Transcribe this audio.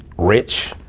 rich,